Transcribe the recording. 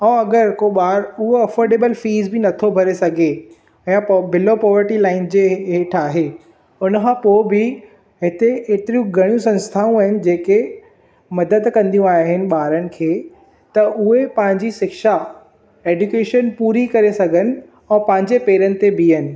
ऐं अॻरि को बारु उहा अफोर्डेबल फ़ीस बि नथो भरे सघे ऐं बिलो पोवर्टी लाइन जे हेठि आहे उन खां पोइ बि हिते एतिरियूं घणियूं संस्थाऊं आहिनि जेके मदद कंदियूं आहिनि ॿारनि खे त उहे पंहिंजी शिक्षा ऐड्युकेशन पूरी करे सघनि ऐं पंहिंजे पेरनि ते बीहनि